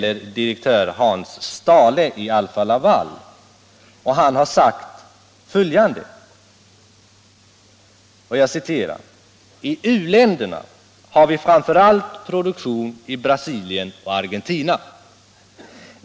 Direktör Hans Stahle i Alfa-Laval har sagt följande: ”1I u-länderna har vi framför allt produktion i Brasilien och Argentina.